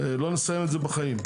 לא נסיים את זה בחיים.